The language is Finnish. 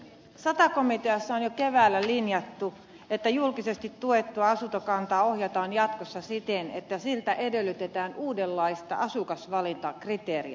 sata komiteassa on jo keväällä linjattu että julkisesti tuettua asuntokantaa ohjataan jatkossa siten että siltä edellytetään uudenlaista asukasvalintakriteeriä